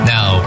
Now